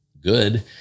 good